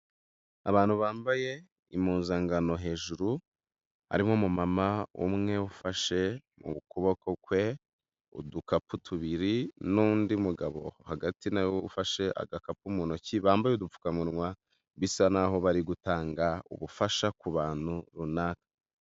Abantu bambaye impuzangano hejuru, harimo umumama umwe ufashe mu ukuboko kwe udukapu tubiri n'undi mugabo hagati nawe ufashe agakapu mu ntoki, bambaye udupfukamunwa bisa naho bari gutanga ubufasha ku bantu runaka.